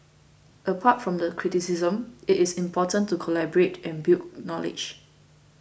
apart from the criticism it is important to collaborate and build knowledge